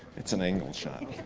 it's an angle shot.